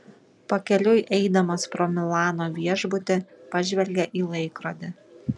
pakeliui eidamas pro milano viešbutį pažvelgė į laikrodį